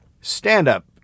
stand-up